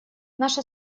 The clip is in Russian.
наша